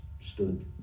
stood